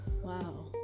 wow